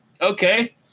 okay